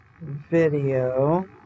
video